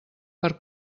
per